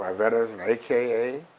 wyvetter's an aka,